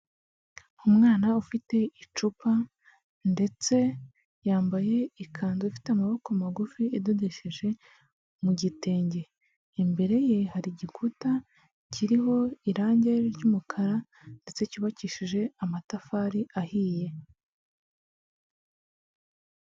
Umwana ufite icupa ndetse yambaye ikanzu ifite amaboko magufi idodesheje mu gitenge, imbere ye hari igikuta kiriho irangi ry'umukara ndetse cyubakishije amatafari ahiye.